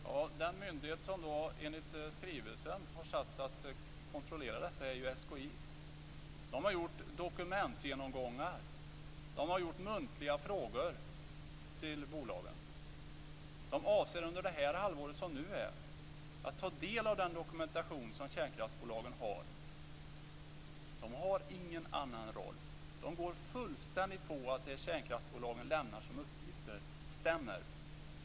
Fru talman! Den myndighet som enligt skrivelsen har satts att kontrollera detta är SKI. Man har gjort dokumentgenomgångar. Man har ställt muntliga frågor till bolagen. Man avser under det halvår som nu är att ta del av den dokumentation som kärnkraftsbolagen har. Man har ingen annan roll. Man går helt och hållet på att det som kärnskraftbolagen lämnar som uppgifter stämmer.